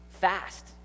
fast